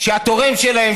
שהתורם שלהם,